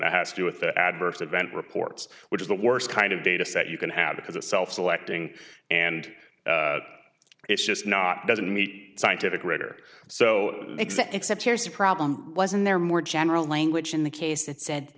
that has to do with the adverse event reports which is the worst kind of dataset you can have because it's self selecting and it's just not doesn't meet scientific rigor so except except here's a problem wasn't there more general language in the case that said